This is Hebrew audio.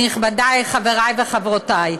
נכבדי, חברי וחברותי,